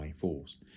force